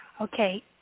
Okay